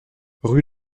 rue